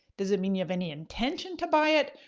does it mean you have any intention to buy it?